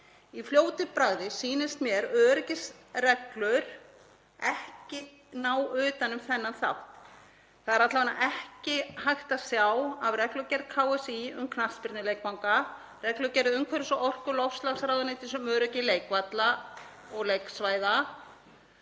Í fljótu bragði sýnist mér öryggisreglur ekki ná utan um þennan þátt. Það er alla vega ekki hægt að sjá af reglugerð KSÍ um knattspyrnuleikvanga, reglugerð umhverfis-, orku- og loftslagsráðuneytis um öryggi leikvalla og leiksvæða